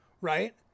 right